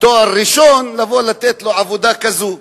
תואר ראשון, לבוא ולתת לו עבודה כזו.